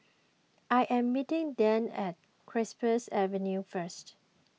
I am meeting Dann at Cypress Avenue first